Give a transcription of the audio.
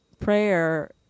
prayer